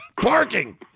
Parking